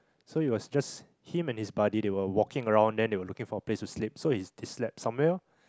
so it was just him and his buddy they were walking around then they were looking for a place to sleep so he they slept somewhere loh